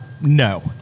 No